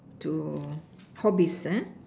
to hobbies ah